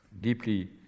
deeply